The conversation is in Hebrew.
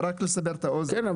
רק לסבר את האוזן -- כן,